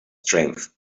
strength